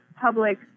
public